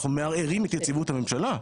אנחנו מערערים את יציבות הממשלה.